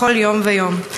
בכל יום ויום.